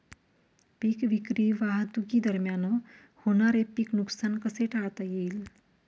पीक विक्री वाहतुकीदरम्यान होणारे पीक नुकसान कसे टाळता येईल?